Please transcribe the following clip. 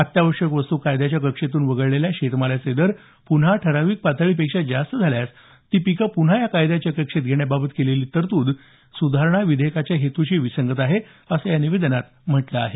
अत्यावश्यक वस्तू कायद्याच्या कक्षेतून वगळलेल्या शेतमालाचे दर पुन्हा ठराविक पातळीपेक्षा जास्त वाढल्यास ती पिके पुन्हा या कायद्याच्या कक्षेत घेण्याबाबत केलेली तरतूद ही सुधारणा विधेयकांच्या हेतूशी विसंगत आहे असं या निवेदनात म्हटलं आहे